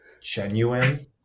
genuine